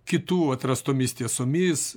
kitų atrastomis tiesomis